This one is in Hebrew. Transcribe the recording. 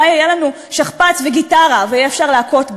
אולי יהיה לנו שכפ"ץ וגיטרה ויהיה אפשר להכות בו.